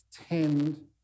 Tend